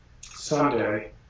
Sunday